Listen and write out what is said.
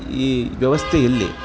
ಈ ವ್ಯವಸ್ಥೆಯಲ್ಲಿ